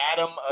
Adam